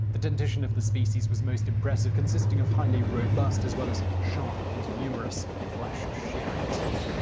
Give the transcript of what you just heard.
the dentition of the species was most impressive, consisting of highly robust as well as sharp and numerous flesh shearing teeth.